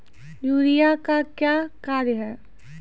Urea का क्या कार्य हैं?